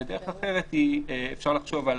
דרך אחרת היא לחשוב על